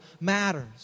matters